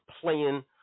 playing